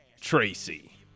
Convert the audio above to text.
Tracy